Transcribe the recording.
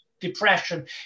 depression